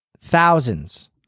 thousands